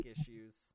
issues